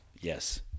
Yes